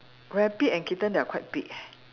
rabbit and kitten they are quite big eh